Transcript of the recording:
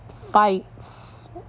fights